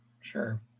sure